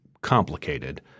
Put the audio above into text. complicated